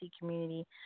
community